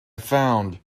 found